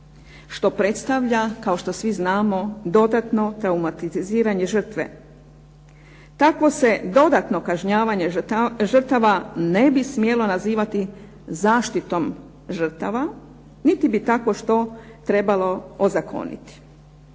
što predstavlja kao što znamo dodatno traumatiziranje žrtve. Tako se dodatno kažnjavanje žrtava ne bi smjelo nazivati zaštitom žrtava, niti bi takvo što trebalo ozakoniti.